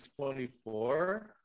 24